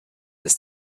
ist